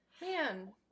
Man